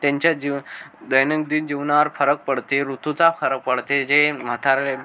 त्यांच्या जीव दैनंदिन जीवनावर फरक पडते ऋतूचा फरक पडते जे म्हातारे